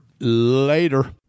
later